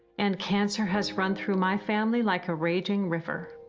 and cancer has run through my family like a raging river.